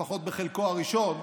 לפחות בחלקו הראשון,